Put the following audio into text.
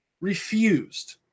Refused